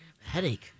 headache